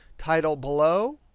title below.